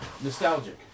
nostalgic